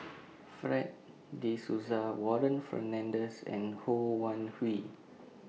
Fred De Souza Warren Fernandez and Ho Wan Hui